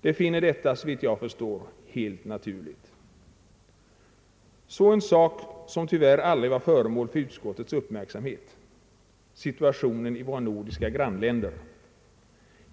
De finner detta såvitt jag förstår helt naturligt. Så en sak som tyvärr aldrig var föremål för utskottets uppmärksamhet: situationen i våra nordiska grannländer.